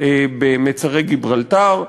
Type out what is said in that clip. במצרי גיברלטר,